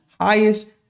highest